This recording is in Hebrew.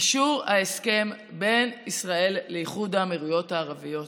אישור ההסכם בין ישראל לאיחוד האמירויות הערביות.